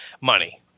money